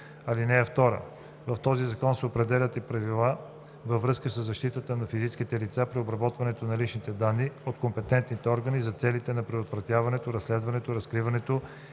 (2) С този закон се определят и правила във връзка със защитата на физическите лица при обработването на лични данни от компетентните органи за целите на предотвратяването, разследването, разкриването